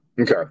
Okay